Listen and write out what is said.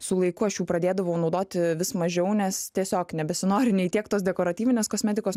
su laiku aš pradėdavau naudoti vis mažiau nes tiesiog nebesinori nei tiek tos dekoratyvinės kosmetikos